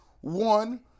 One